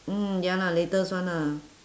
mm ya lah latest one lah